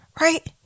right